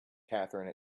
kathrine